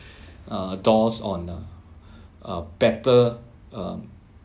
uh doors on uh a better um